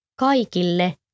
Kaikille